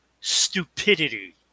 stupidity